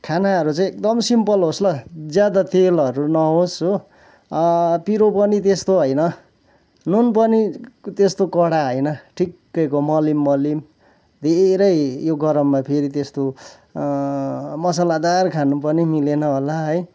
खानाहरू चाहिँ एकदम सिम्पल होस् ल ज्यादा तेलहरू नहोस् हो पिरो पनि त्यस्तो होइन नुन पनि त्यस्तो कडा होइन ठिक्कैको मलिम मलिम धेरै यो गरममा फेरि त्यस्तो मसलादार खानु पनि मिलेन होला है